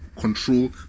control